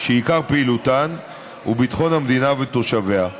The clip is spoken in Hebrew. שעיקר פעילותן הוא ביטחון המדינה ותושביה.